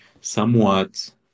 somewhat